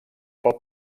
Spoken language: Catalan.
pel